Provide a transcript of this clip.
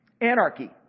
Anarchy